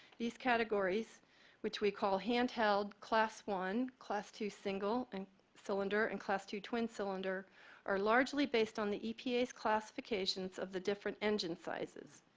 these categories which we call handheld class one, class two single and cylinder and class two twin cylinder are largely based on the epa's classifications of the different engine sizes,